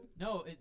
No